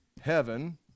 heaven